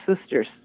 sisters